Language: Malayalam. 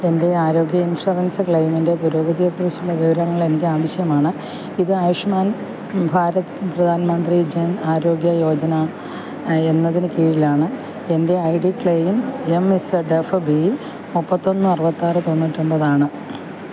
എൻ്റെ ആരോഗ്യ ഇൻഷുറൻസ് ക്ലെയിമിൻ്റെ പുരോഗതിയെ കുറിച്ചുള്ള വിവരങ്ങൾ എനിക്ക് ആവശ്യമാണ് ഇത് ആയുഷ്മാൻ ഭാരത് പ്രധാൻ മന്ത്രി ജൻ ആരോഗ്യ യോജന എന്നതിന് കീഴിലാണ് എൻ്റെ I D claim M Z F B മുപ്പത്തൊന്ന് അറുപത്താറ് തൊണ്ണൂറ്റൊമ്പതാണ്